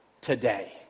today